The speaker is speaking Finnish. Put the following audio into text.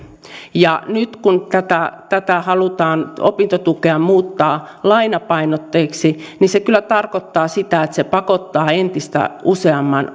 ja nyt kun tätä opintotukea halutaan muuttaa lainapainotteiseksi niin se kyllä tarkoittaa sitä että se pakottaa entistä useamman